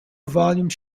volume